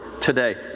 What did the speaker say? today